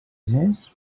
diners